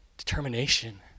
Determination